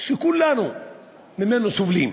שכולנו ממנו סובלים?